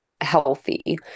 healthy